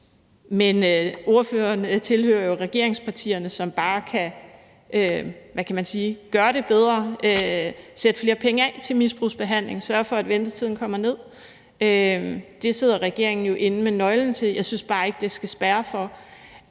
Men ordføreren tilhører jo regeringspartierne, som bare kan, hvad kan man sige, gør det bedre, sætte flere penge af til misbrugsbehandling og sørge for, at ventetiden kommer ned. Det sidder regeringen jo med nøglen til. Jeg synes bare ikke, det skal spærre for,